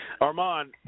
Armand